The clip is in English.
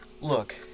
Look